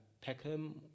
Peckham